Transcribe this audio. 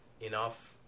enough